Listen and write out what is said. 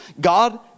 God